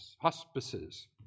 hospices